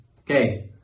Okay